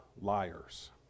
liars